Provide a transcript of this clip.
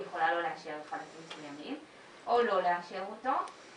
היא יכולה לא לאשר חלקים מסוימים או לא לאשר אותו או